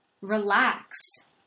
relaxed